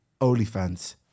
OnlyFans